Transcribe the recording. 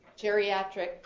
geriatric